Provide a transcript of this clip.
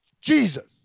Jesus